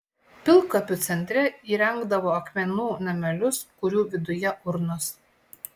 pilkapių centre įrengdavo akmenų namelius kurių viduje urnos